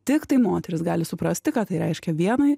tiktai moterys gali suprasti ką tai reiškia vienai